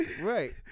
Right